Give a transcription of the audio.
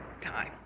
time